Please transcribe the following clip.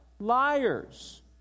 liars